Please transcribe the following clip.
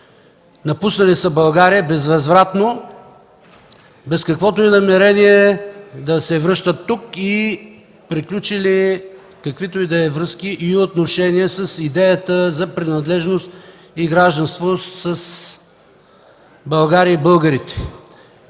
напуснали са България безвъзвратно, без каквото и да било намерение да се връщат тук и са приключили каквито и да е връзки и отношения с идеята за принадлежност и гражданство с България и българите.